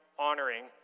honoring